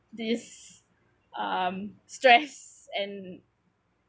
this um stress and